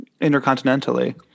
intercontinentally